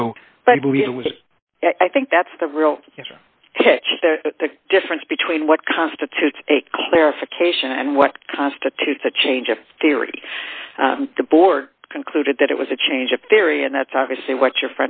so i think that's the real difference between what constitutes a clarification and what constitutes a change of theory the board concluded that it was a change of theory and that's obviously what your